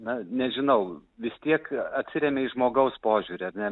na nežinau vis tiek atsiremia į žmogaus požiūrį ar ne